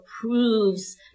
proves